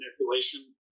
manipulation